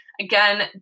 Again